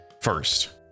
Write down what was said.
First